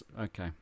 Okay